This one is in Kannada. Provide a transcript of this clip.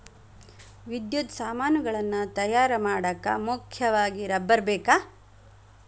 ವಿದ್ಯುತ್ ಸಾಮಾನುಗಳನ್ನ ತಯಾರ ಮಾಡಾಕ ಮುಖ್ಯವಾಗಿ ರಬ್ಬರ ಬೇಕ